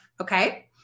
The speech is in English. okay